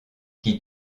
qui